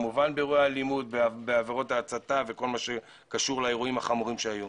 באירועי האלימות בעבירות ההצתה וכל מה שקשור לאירועים האלימים שהיו.